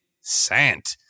Sant